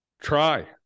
Try